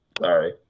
sorry